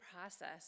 process